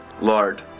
Lord